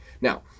Now